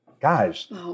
Guys